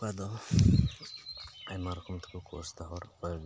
ᱟᱫᱚ ᱟᱭᱢᱟ ᱨᱚᱠᱚᱢ ᱛᱮᱠᱚ ᱠᱳᱨᱥᱫᱟ ᱦᱚᱲ ᱚᱠᱚᱭ